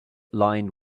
lined